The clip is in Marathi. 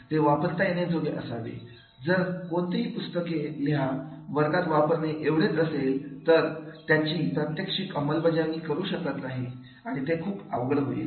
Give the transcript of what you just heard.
ते वापरता येण्याजोगे असावेजर कोणतीही पुस्तके लिहा वर्गात वापरणे एवढेच असेल तर त्याची प्रत्यक्षात अंमलबजावणी करु शकत शकत नाही आणि ते खूप अवघड होईल